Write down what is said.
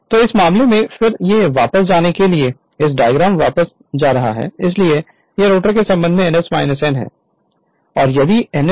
तो इस मामले में फिर से वापस जाने के लिए इस डायग्रामपर वापस जा रहे है इसलिए यह रोटर के संबंध में ns n है और यदि n है तो इसे कॉल करें